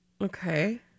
Okay